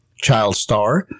ChildStar